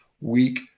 weak